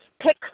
Pick